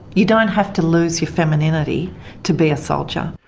you don't have to lose your femininity to be a soldier.